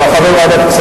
כך בוועדת הכספים.